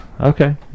Okay